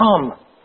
come